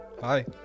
Hi